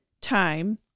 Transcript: time